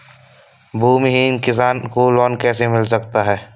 भूमिहीन किसान को लोन कैसे मिल सकता है?